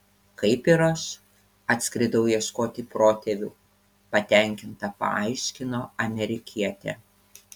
kaip ir aš atskridau ieškoti protėvių patenkinta paaiškino amerikietė